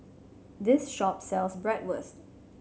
this shop sells Bratwurst